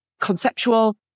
conceptual